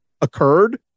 occurred